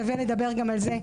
שווה לדבר גם על זה.